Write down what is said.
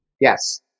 Yes